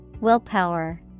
Willpower